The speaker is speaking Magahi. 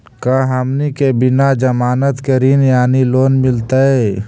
का हमनी के बिना जमानत के ऋण यानी लोन मिलतई?